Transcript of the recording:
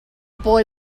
boy